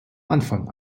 anfang